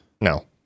No